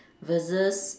versus